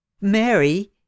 Mary